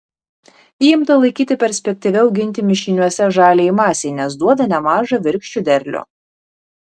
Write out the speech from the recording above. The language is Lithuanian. ji imta laikyti perspektyvia auginti mišiniuose žaliajai masei nes duoda nemažą virkščių derlių